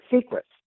secrets